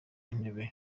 intebe